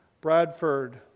Bradford